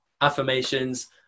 affirmations